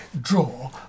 draw